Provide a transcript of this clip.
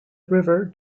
river